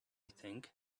think